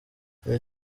iyi